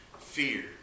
fear